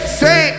say